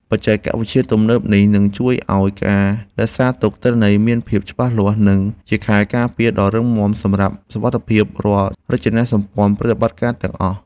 បច្ចេកវិទ្យាទំនើបនេះនឹងជួយឱ្យការរក្សាទុកទិន្នន័យមានភាពច្បាស់លាស់ និង ជាខែលការពារដ៏រឹងមាំសម្រាប់សុវត្ថិភាពរាល់រចនាម្ព័ន្ធប្រតិបត្តិការទាំងអស់។